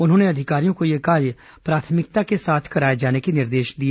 उन्होंने अधिकारियों को यह कार्य प्राथमिकता के साथ कराए जाने के निर्देश दिए